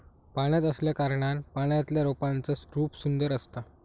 पाण्यात असल्याकारणान पाण्यातल्या रोपांचा रूप सुंदर असता